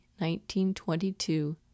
1922